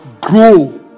grow